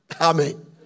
Amen